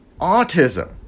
autism